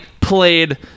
played